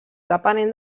depenent